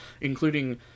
including